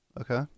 Okay